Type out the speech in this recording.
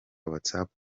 whatsapp